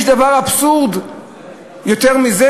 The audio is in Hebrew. יש דבר אבסורדי יותר מזה?